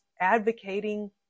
advocating